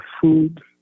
food